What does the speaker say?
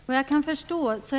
Herr talman!